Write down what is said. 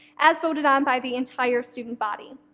as voted on by the entire student body.